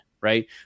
right